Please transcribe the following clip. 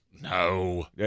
no